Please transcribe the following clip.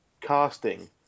casting